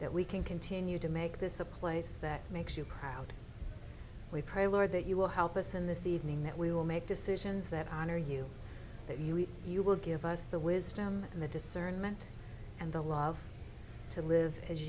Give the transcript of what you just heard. that we can continue to make this a place that makes you proud we pray lord that you will help us and this evening that we will make decisions that honor you that you eat you will give us the wisdom and the discernment and the love to live as